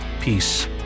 peace